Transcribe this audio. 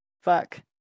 Fuck